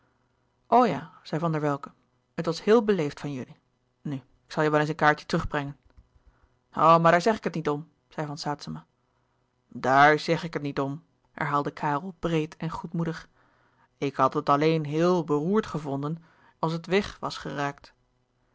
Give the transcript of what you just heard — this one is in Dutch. ja zei van der welcke het was heel beleefd van jullie nu ik zal je wel eens een kaartje terug brengen louis couperus de boeken der kleine zielen o maar daar zeg ik het niet om zei van saetzema daar zeg ik het niet om herhaalde karel breed en goedmoedig ik had het alleen heel beroerd gevonden als het weg was geraakt